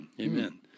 Amen